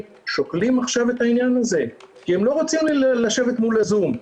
שוקלים עכשיו את העניין הזה כי הם לא רוצים לשבת מול זום.